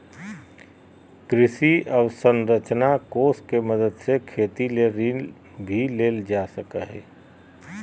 कृषि अवसरंचना कोष के मदद से खेती ले ऋण भी लेल जा सकय हय